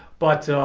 but